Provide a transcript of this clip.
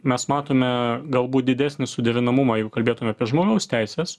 mes matome galbūt didesnį suderinamumą jeigu kalbėtume apie žmogaus teises